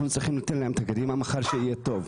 אנחנו צריכים לתת את הכלים למר שיהיה טוב,